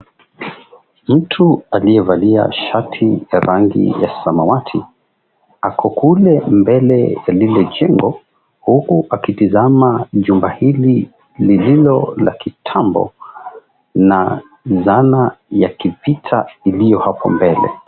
Mtu aliyevalia shati ya rangi ya samawati Ako kule mbele ya lile jengo huku akitazama jumbe hili lililo la kitambo na njama ikipita hapo mbele.